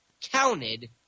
counted